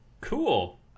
cool